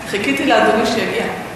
בעד הצביעו